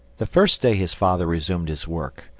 the first day his father resumed his work,